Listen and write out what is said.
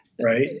Right